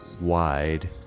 wide